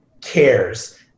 cares